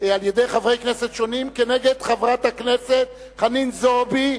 על-ידי חברי כנסת שונים כנגד חברת הכנסת חנין זועבי,